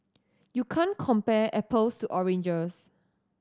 you can't compare apples oranges